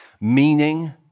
meaning